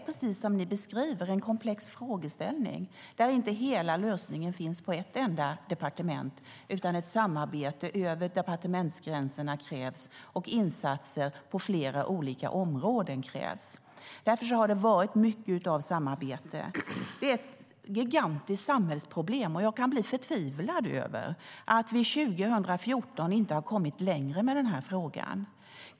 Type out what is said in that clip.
Precis som ni beskriver är det en komplex frågeställning, där inte hela lösningen finns på ett enda departement. Det krävs samarbete över departementsgränserna och insatser på flera olika områden. Därför har det också skett mycket samarbete. Detta är ett gigantiskt samhällsproblem, och jag kan bli förtvivlad över att vi år 2014 inte har kommit längre med frågan.